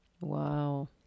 Wow